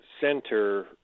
center